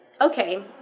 okay